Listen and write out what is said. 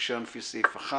רישיון לפי סעיף 1